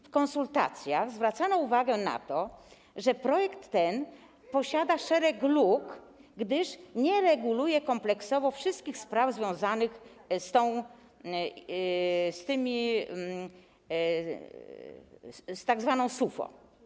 W konsultacjach zwracano uwagę na to, że projekt posiada szereg luk, gdyż nie reguluje kompleksowo wszystkich spraw związanych z tzw. SUFO.